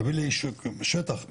תביא לי שטח מתוכנן,